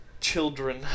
children